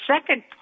second